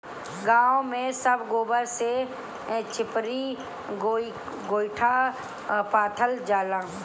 गांव में सब गोबर से चिपरी गोइठा पाथल जाला